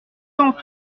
tant